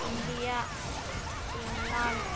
India England